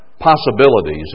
possibilities